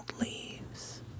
leaves